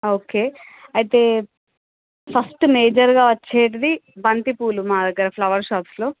ఒకే అయితే ఫస్టు మేజరుగా వచ్చేది బంతిపూలు మా దగ్గర ఫ్లవర్స్ షాప్స్లో